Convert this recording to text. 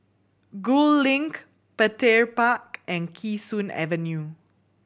Gul Link Petir Park and Kee Sun Avenue